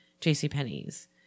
JCPenney's